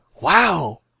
wow